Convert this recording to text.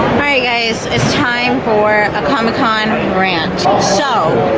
guys its time for a comic con rant, so